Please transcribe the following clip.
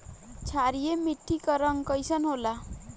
क्षारीय मीट्टी क रंग कइसन होला?